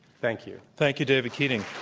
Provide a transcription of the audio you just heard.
thank you. thank you, david keating.